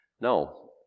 No